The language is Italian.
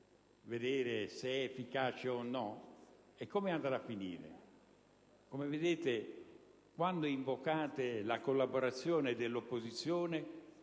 vedere se è efficace o no: come andrà a finire? Come vedete, quando invocate la collaborazione dell'opposizione